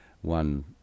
One